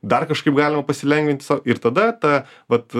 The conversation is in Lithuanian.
dar kažkaip galima pasilengvinti sau ir tada ta vat